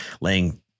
laying